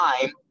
time